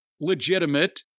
legitimate